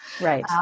Right